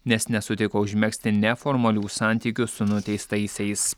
nes nesutiko užmegzti neformalių santykių su nuteistaisiais